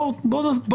עבודה.